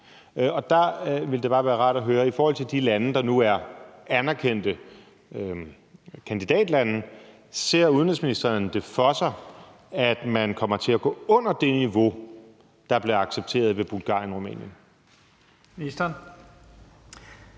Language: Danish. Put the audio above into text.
Der vil det bare være rart at høre: I forhold til de lande, der nu er anerkendte kandidatlande, ser udenrigsministeren så for sig, at man kommer til at gå under det niveau, der blev accepteret i forbindelse med Bulgarien og Rumænien?